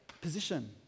position